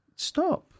Stop